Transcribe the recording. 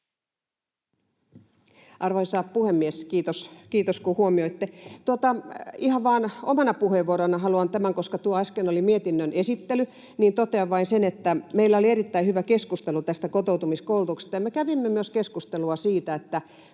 Arvoisa puhemies! Kiitos, kun huomioitte. Ihan vain omana puheenvuoronani haluan tämän, koska tuo äskeinen oli mietinnön esittely. Totean vain sen, että meillä oli erittäin hyvä keskustelu tästä kotoutumiskoulutuksesta, ja me kävimme myös keskustelua siitä, mikä